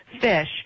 fish